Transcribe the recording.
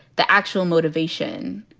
the actual motivation,